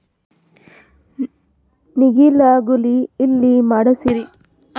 ನೇಗಿಲ ಗೂಳಿ ಎಲ್ಲಿ ಮಾಡಸೀರಿ?